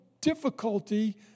difficulty